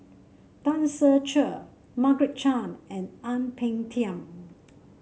Tan Ser Cher Margaret Chan and Ang Peng Tiam